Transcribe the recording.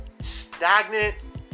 stagnant